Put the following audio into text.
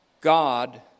God